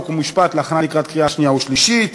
חוק ומשפט להכנה לקראת קריאה שנייה ושלישית.